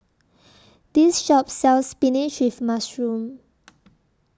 This Shop sells Spinach with Mushroom